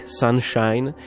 sunshine